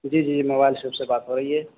جی جی mobile shop سے بات ہو رہی ہے